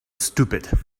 stupid